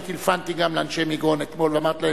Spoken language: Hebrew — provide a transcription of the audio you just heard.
אני טלפנתי גם לאנשי מגרון אתמול ואמרתי להם: